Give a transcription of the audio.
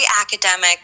academic